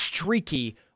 streaky